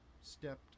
stepped